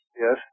Yes